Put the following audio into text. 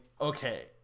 okay